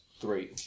three